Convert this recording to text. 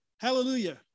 Hallelujah